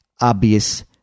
obvious